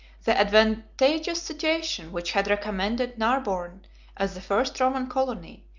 the advantageous situation which had recommended narbonne as the first roman colony,